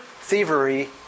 thievery